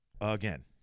again